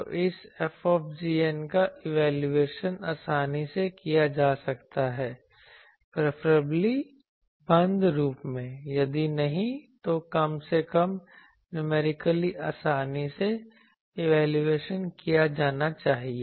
तो इस F का इवैल्यूएशन आसानी से किया जा सकता है प्रिफरेबली बंद रूप में यदि नहीं तो कम से कम न्यूमेरिकली आसानी से इवैल्यूएशन किया जाना चाहिए